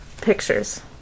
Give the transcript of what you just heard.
pictures